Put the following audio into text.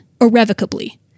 irrevocably